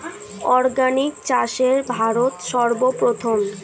organic চাষে ভারত সর্বপ্রথম